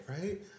right